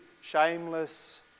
shameless